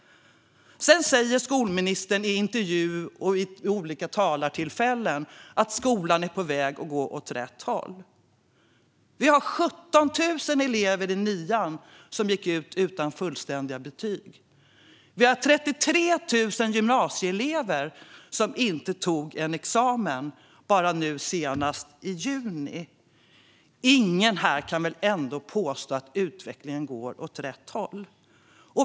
Sedan säger skolministern i intervjuer och vid olika talartillfällen att skolan är på väg åt rätt håll. Med 17 000 nior som gick ut utan fullständigt betyg och 33 000 gymnasieelever som inte tog sin examen i juni förra året kan väl ingen påstå att utvecklingen går åt rätt håll.